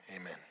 amen